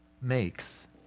makes